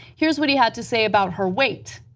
here's what he had to say about her weight.